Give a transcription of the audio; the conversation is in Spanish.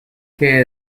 que